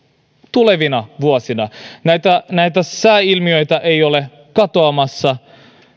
tulevina vuosina nämä sääilmiöt eivät ole katoamassa